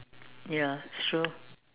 ya true